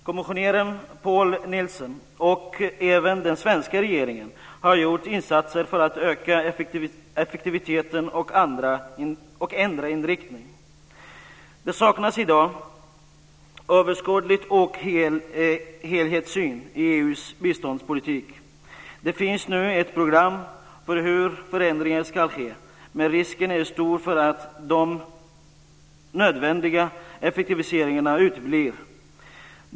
Kommissionären Poul Nielsen och även den svenska regeringen har gjort insatser för att öka effektiviteten och ändra inriktningen. Det saknas i dag överskådlighet och helhetssyn i EU:s biståndspolitik. Det finns nu ett program för hur förändringar ska ske, men risken är stor för att de nödvändiga effektiviseringarna uteblir.